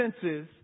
senses